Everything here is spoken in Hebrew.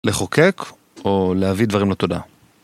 לחוקק או להביא דברים לתודעה.